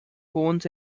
cones